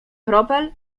kropel